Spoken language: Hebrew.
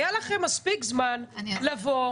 היה לכם מספיק זמן להיערך.